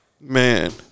Man